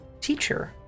teacher